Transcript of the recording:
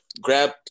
grab